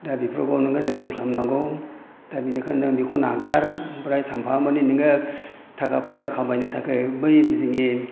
दा बेफोरखौ नोङो जोथोन खालामनांगौ दा बिनिखायनो बेखौ नागार आमफ्राय सानफामानि नोङो थाखा फैसा खामायनो थाखाय बै जोंनि